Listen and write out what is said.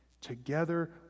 together